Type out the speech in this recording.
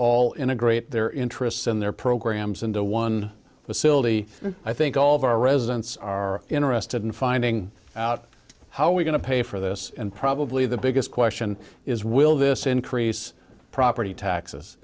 all integrate their interests and their programs into one facility i think all of our residents are interested in finding out how we're going to pay for this and probably the biggest question is will this increase property t